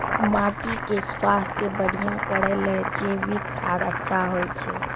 माटी के स्वास्थ्य बढ़िया करै ले जैविक खाद अच्छा होय छै?